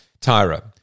Tyra